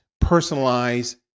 personalized